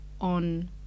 on